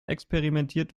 experimentiert